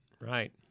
right